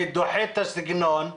אני דוחה את הסגנון,